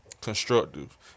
constructive